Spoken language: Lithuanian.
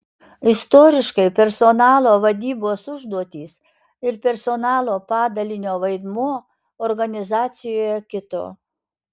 istoriškai personalo vadybos užduotys ir personalo padalinio vaidmuo organizacijoje kito